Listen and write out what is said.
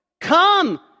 come